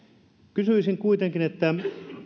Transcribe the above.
kysyisin kuitenkin